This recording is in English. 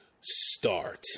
start